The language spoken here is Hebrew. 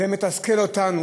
זה מתסכל אותנו,